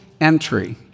entry